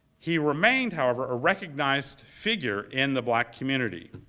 he remained, however, a recognized figure in the black community.